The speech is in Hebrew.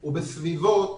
היא בסביבות